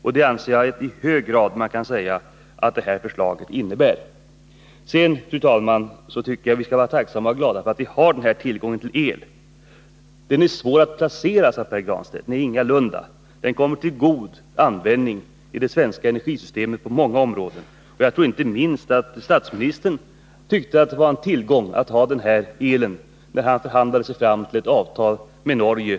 — Och det anser jag att föreliggande förslag i hög grad innebär. Sedan, fru talman, tycker jag att vi skall vara tacksamma och glada för att vi har den här tillgången till el. Elströmmen är svår att placera, sade Pär Granstedt. Nej, ingalunda. Den kommer till god användning i det svenska energisystemet på många områden. Jag tror att inte minst statsministern tyckte att det var en tillgång att ha elen när han förhandlade sig fram till avtalet med Norge.